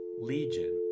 Legion